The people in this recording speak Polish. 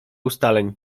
ustaleń